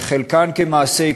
חלקן כמעשי קונדס,